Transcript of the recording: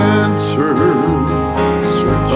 answer